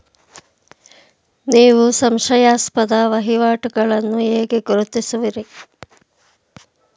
ನೀವು ಸಂಶಯಾಸ್ಪದ ವಹಿವಾಟುಗಳನ್ನು ಹೇಗೆ ಗುರುತಿಸುವಿರಿ?